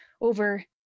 over